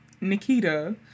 Nikita